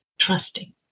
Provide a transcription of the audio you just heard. trusting